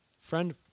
Friend